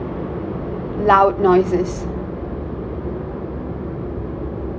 loud noises